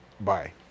Bye